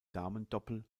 damendoppel